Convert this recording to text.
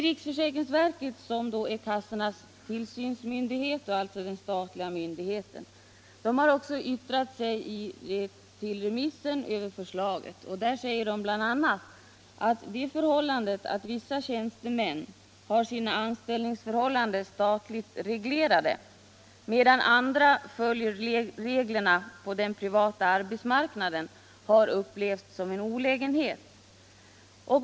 Riksförsäkringsverket, som är kassornas statliga tillsynsmyndighet, säger i sitt remissvar över förslaget bl.a. att det förhållandet att vissa tjänstemän har sina anställningsförhållanden statligt reglerade, medan andra följer reglerna på den privata arbetsmarknaden, har upplevts som en olägenhet.